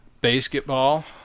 basketball